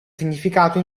significato